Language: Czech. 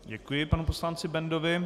Děkuji panu poslanci Bendovi.